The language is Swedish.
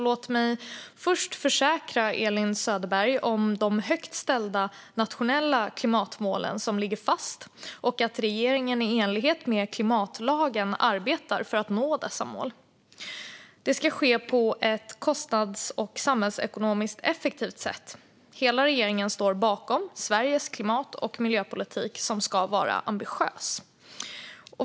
Låt mig först försäkra Elin Söderberg om att de högt ställda nationella klimatmålen ligger fast och att regeringen i enlighet med klimatlagen arbetar för att nå dessa mål. Det ska ske på ett kostnads och samhällsekonomiskt effektivt sätt. Hela regeringen står bakom Sveriges klimat och miljöpolitik, som ska vara ambitiös.